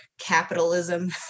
capitalism